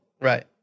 Right